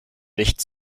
nicht